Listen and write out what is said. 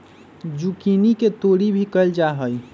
zucchini के तोरी भी कहल जाहई